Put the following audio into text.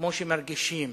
כמו שמרגישים,